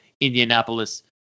Indianapolis